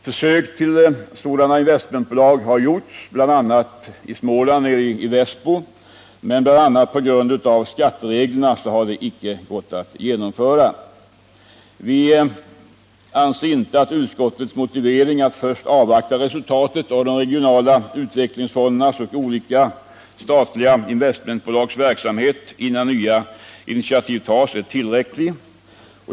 Försök med sådana investeringsbolag har gjorts i Västbo i Småland, men bl.a. på grund av skattereglerna har försöken inte lyckats. Vi kan inte acceptera uskottets förslag att först avvakta resultatet av de regionala utvecklingsfondernas och olika statliga investmentbolags verksamhet innan nya initiativ tas.